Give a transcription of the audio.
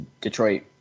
Detroit